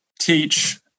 teach